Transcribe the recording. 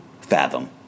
fathom